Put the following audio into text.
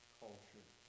culture